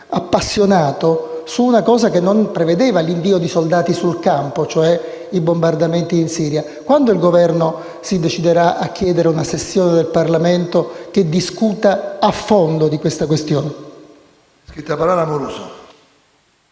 dibattito su una cosa che non prevedeva l'invio di soldati sul campo, cioè i bombardamenti in Siria. Quando il Governo si deciderà a chiedere una sessione del Parlamento che discuta a fondo di questa questione?